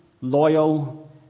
loyal